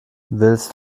willst